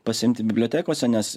pasiimti bibliotekose nes